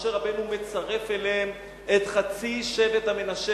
משה רבנו מצרף אליהם את חצי שבט המנשה,